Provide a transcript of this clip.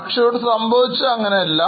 പക്ഷേ ഇവിടെ സംഭവിച്ചത് അങ്ങനെയല്ല